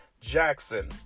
Jackson